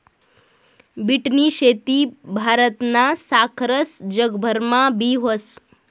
बीटनी शेती भारतना सारखस जगभरमा बी व्हस